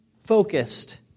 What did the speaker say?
focused